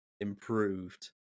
improved